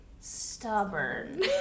stubborn